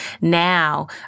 Now